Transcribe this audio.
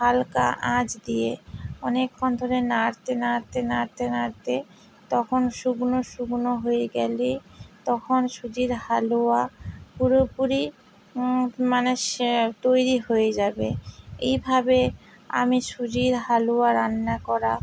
হালকা আঁচ দিয়ে অনেকক্ষণ ধরে নাড়তে নাড়তে নাড়তে নাড়তে তখন শুকনো শুকনো হয়ে গেলে তখন সুজির হালুয়া পুরোপুরি মানে সে তৈরি হয়ে যাবে এইভাবে আমি সুজির হালুয়া রান্না করা